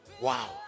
Wow